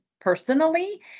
personally